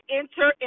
enter